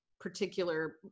particular